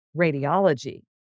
radiology